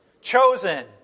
chosen